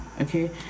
Okay